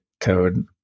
Code